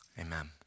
Amen